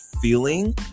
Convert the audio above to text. feeling